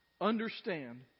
understand